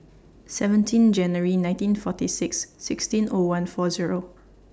seventeen January nineteen forty six sixteen O one four Zero